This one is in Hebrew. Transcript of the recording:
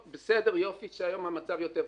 בסדר, יופי שהיום המצב יותר טוב.